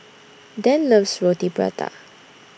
Dann loves Roti Prata